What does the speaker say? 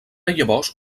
llavors